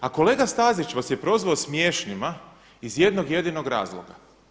A kolega Stazić vas je prozvao smiješnima iz jednog jedinog razloga.